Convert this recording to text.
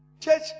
Church